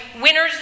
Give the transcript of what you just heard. winners